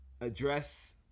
address